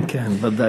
כן, כן, ודאי.